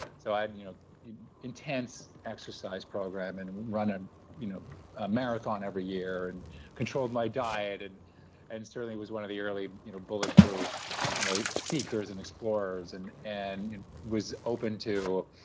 so i had you know intense exercise program and and run ah you know a marathon every year and controlled my diet and and certainly was one of the early you know bulletproof you know seekers and explorers and and was open to